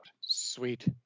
Sweet